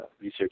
research